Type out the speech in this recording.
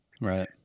right